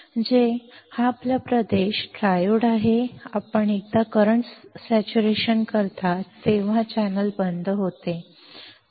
हा प्रदेश आपला ट्रायोड प्रदेश आहे एकदा आपण करंट संतृप्त करता तेव्हा चॅनेल बंद होते